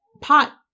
pot